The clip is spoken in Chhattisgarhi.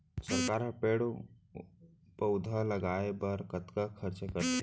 सरकार ह पेड़ पउधा लगाय बर कतका खरचा करथे